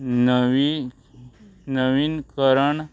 नवी नवीनकरण